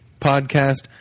podcast